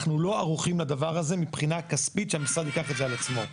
אנחנו לא ערוכים לדבר הזה מבחינה כספית שהמשרד ייקח את זה על עצמו,